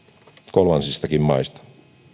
kolmansistakin maista